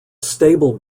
stable